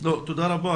תודה רבה.